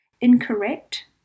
incorrect